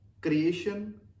creation